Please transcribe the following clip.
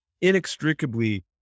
inextricably